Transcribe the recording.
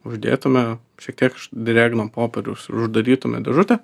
uždėtume šiek tiek drėgno popieriaus ir uždarytume dėžutę